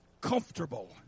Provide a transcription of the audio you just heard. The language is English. comfortable